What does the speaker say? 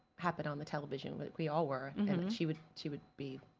puppet on the television, we all were and she would, she would be.